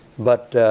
but